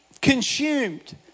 consumed